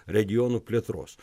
regionų plėtros